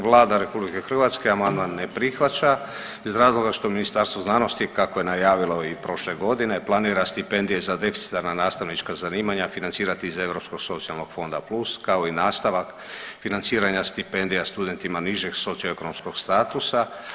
Vlada RH amandman ne prihvaća iz razloga što Ministarstvo znanosti, kako je najavilo i prošle godine, planira stipendije za deficitarna nastavnička zanimanja financirati iz Europskog socijalnog fonda Plus kao i nastavak financiranja stipendija studentima nižeg socioekonomskog statusa.